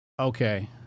Okay